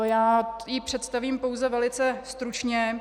Já ji představím pouze velice stručně.